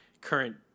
current